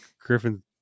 Griffin